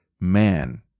man